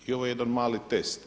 I ovo je jedan mali test.